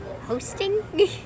hosting